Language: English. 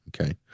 okay